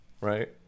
right